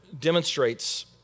demonstrates